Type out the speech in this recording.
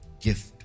Gift